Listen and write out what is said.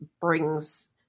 brings